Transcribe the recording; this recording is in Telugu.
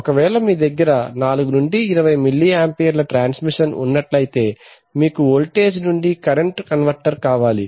ఒకవేళ మీ దగ్గర 4 నుండి 20 మిల్లి ఆంపియర్ల ట్రాన్స్మిషన్ ఉన్నట్టయితేమీకు వోల్టేజ్ నుండి కరెంట్ కన్వెర్టర్ కావాలి